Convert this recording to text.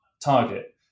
target